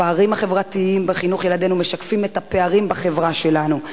והפערים החברתיים בחינוך ילדינו משקפים את הפערים בחברה שלנו.